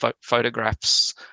photographs